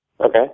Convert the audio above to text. Okay